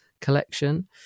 collection